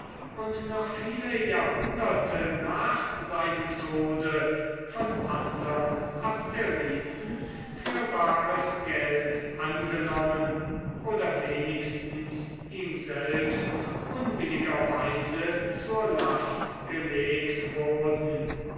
und noch viele jahrhunderte nach seinem tode von andern abderiten für bares geld angenommen oder wenigstens ihm selbst unbilliger weise zur last geleget wurden